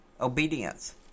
Obedience